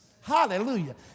Hallelujah